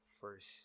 first